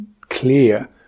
clear